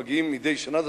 שמגיעים מדי שנה.